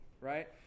right